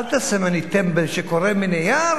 אל תעשה ממני טמבל שקורא מנייר,